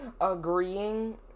agreeing